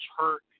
hurt –